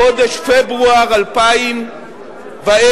בחודש פברואר 2010,